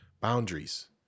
boundaries